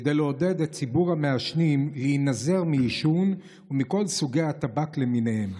כדי לעודד את ציבור המעשנים להינזר מעישון ומכל סוגי הטבק למיניהם.